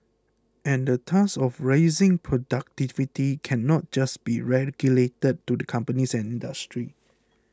and the task of raising productivity cannot just be relegated to the companies and industry